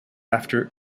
after